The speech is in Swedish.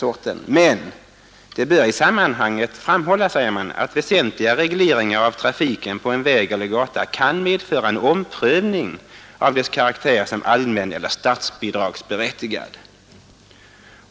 Men sedan säger verket följande: ”Det bör i sammanhanget framhållas att väsentliga regleringar av trafiken på en väg eller gata kan medföra en omprövning av dess karaktär som allmän eller statsbidragsberättigad.